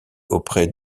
auprès